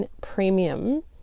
Premium